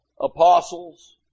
apostles